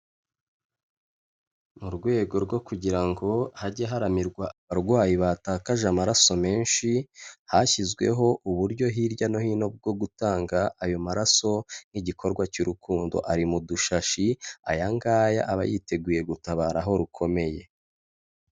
Mu rwego rwo kugira ngo hajye haramirwa abarwayi batakaje amaraso menshi, hashyizweho uburyo hirya no hino bwo gutanga ayo maraso nk'igikorwa cy'urukundo, ari mu dushashi, ayan ngaya aba yiteguye gutabara aho rukomeye.